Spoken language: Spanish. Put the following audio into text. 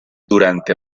durante